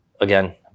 again